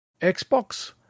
xbox